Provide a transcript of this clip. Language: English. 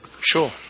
Sure